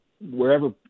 wherever